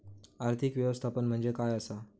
आर्थिक व्यवस्थापन म्हणजे काय असा?